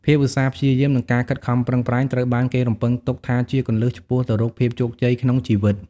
ភាពឧស្សាហ៍ព្យាយាម និងការខិតខំប្រឹងប្រែង ត្រូវបានគេរំពឹងទុកថាជាគន្លឹះឆ្ពោះទៅរកភាពជោគជ័យក្នុងជីវិត។